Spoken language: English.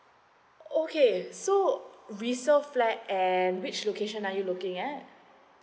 okay so resale flat at which location are you looking at